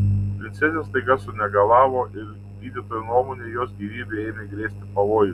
princesė staiga sunegalavo ir gydytojų nuomone jos gyvybei ėmė grėsti pavojus